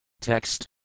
Text